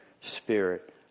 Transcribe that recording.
Spirit